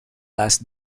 last